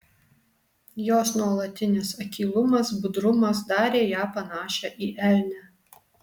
jos nuolatinis akylumas budrumas darė ją panašią į elnę